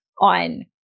on